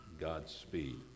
Godspeed